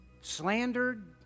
slandered